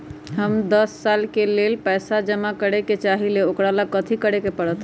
हम दस साल के लेल पैसा जमा करे के चाहईले, ओकरा ला कथि करे के परत?